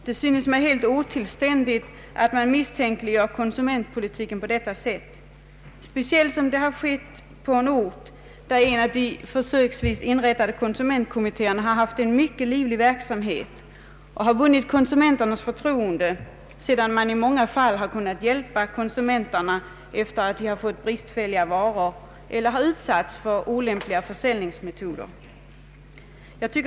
Det synes mig dock helt otillständigt att misstänkliggöra konsumentpolitiken på detta sätt, speciellt som det skett i en stad, där en av de försöksvis inrättade konsumentkommitté erna haft en livlig verksamhet och vunnit konsumenternas förtroende sedan man i många fall kunnat hjälpa konsumenter efter att de fått bristfälliga varor eller utsatts för olämpliga försäljningsmetoder.